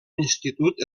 institut